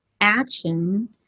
action